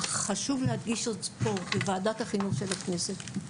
אך חשוב להדגיש זאת פה, בוועדת החינוך של הכנסת,